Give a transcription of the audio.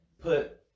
put